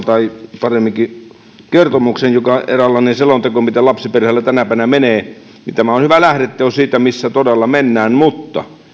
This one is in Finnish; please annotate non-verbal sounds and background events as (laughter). (unintelligible) tai paremminkin kertomus joka on eräänlainen selonteko miten lapsiperheillä tänä päivänä menee on hyvä lähdeteos siitä missä todella mennään mutta